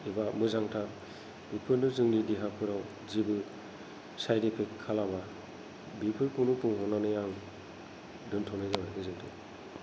एबा मोजांथार बेफोरनो जोंनि देहाफोराव जेबो साइड एपेक्ट खालामा बेफोरखौनो बुंहरनानै आं दोनथ'नाय जाबाय गोजोनथों